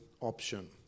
option